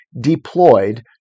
deployed